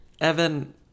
Evan